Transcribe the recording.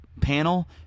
panel